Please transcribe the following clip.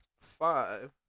five